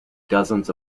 dozens